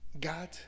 God